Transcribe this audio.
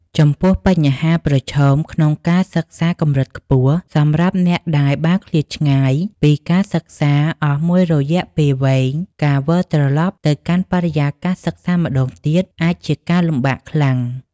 ចំពោះបញ្ហាប្រឈមក្នុងការសិក្សាកម្រិតខ្ពស់ សម្រាប់អ្នកដែលបានឃ្លាតឆ្ងាយពីការសិក្សាអស់មួយរយៈពេលវែង ការវិលត្រឡប់ទៅកាន់បរិយាកាសសិក្សាម្តងទៀតអាចជាការលំបាកខ្លាំង។